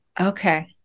Okay